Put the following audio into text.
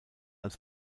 als